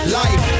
life